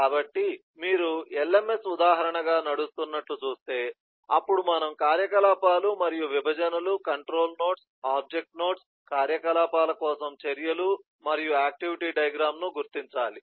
కాబట్టి మీరు LMS ఉదాహరణగా నడుస్తున్నట్లు చూస్తే అప్పుడు మనము కార్యకలాపాలు మరియు విభజనలు కంట్రోల్ నోడ్స్ ఆబ్జెక్ట్ నోడ్స్ కార్యకలాపాల కోసం చర్యలు మరియు ఆక్టివిటీ డయాగ్రమ్ ను గుర్తించాలి